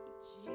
Jesus